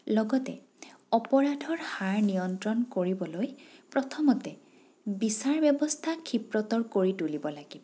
লগতে অপৰাধৰ হাৰ নিয়ন্ত্ৰণ কৰিবলৈ প্ৰথমতে বিচাৰ ব্যৱস্থা ক্ষিপ্ৰতৰ কৰি তুলিব লাগে